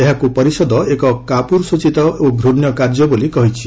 ଏହାକୁ ପରିଷଦ ଏକ କାପୁରୁଷଚିତ୍ତ ଓ ଘୃଣ୍ୟ କାର୍ଯ୍ୟ ବୋଲି କହିଛି